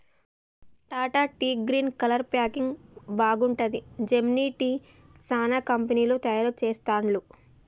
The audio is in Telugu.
Tata tea green colour packing బాగుంటది, జెమినీ టీ, చానా కంపెనీలు తయారు చెస్తాండ్లు